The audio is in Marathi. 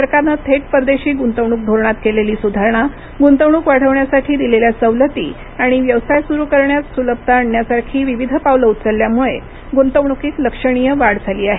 सरकारनं थेट परदेशी गुंतवणूक घोरणात केलेली सुधारणा गुंतवणूक वाढवण्यासाठी दिलेल्या सवलती आणि व्यवसाय सुरू करण्यात सुलभता आणण्यासारखी विविध पावलं उचलल्यामुळं गुंतवणुकीत लक्षणीय वाढ झाली आहे